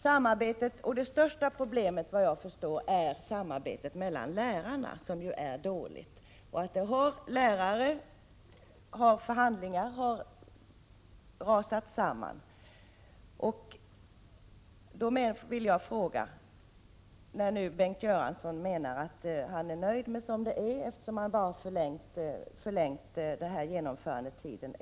Såvitt jag förstår är det största problemet att samarbetet mellan lärarna är dåligt. De förhandlingar som har förts har rasat samman. Bengt Göransson menar att han är nöjd med hur det är, när han förlängt genomförandetiden av riksdagens beslut med ett år.